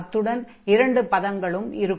அத்துடன் இரண்டு பதங்களும் இருக்கும்